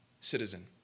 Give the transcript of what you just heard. citizen